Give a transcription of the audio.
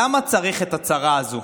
למה צריך את הצרה הזאת?